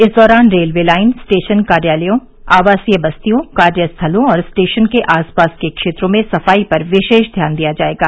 इस दौरान railway line station कार्यालयों आवासीय बस्तियों कार्यस्थलों और स्टेशन के आसपास के क्षेत्रों में सफाई पर विशेष ध्यान दिया जाएगा